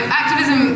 activism